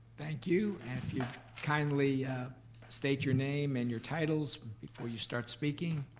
thank you, and if you'd kindly state your name and your titles before you start speaking.